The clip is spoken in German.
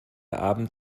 abend